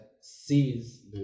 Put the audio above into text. sees